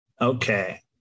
Okay